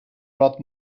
rod